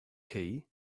key